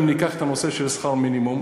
אם ניקח את הנושא של שכר מינימום,